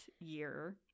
year